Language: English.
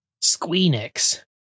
Squeenix